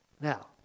Now